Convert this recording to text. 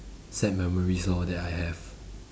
sad memories lor that I have